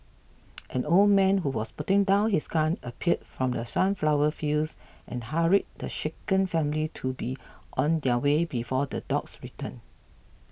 an old man who was putting down his gun appeared from the sunflower fields and hurried the shaken family to be on their way before the dogs return